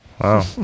Wow